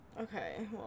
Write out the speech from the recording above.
Okay